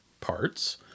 parts